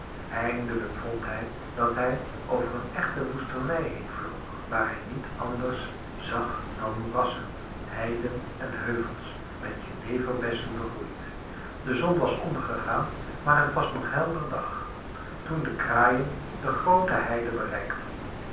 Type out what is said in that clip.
eindelijk vond hij dat hij over een echte woestenij heen vloog waar hij niet anders zag dan moerassen heiden en heuvels met jeneverbessen begroeid de zon was ondergegaan maar het was nog helder dag toen de kraaien de groote heide bereikten